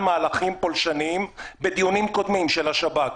מהלכים פולשניים בדיונים קודמים של השב"כ,